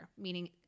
meaning